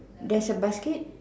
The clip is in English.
there's a basket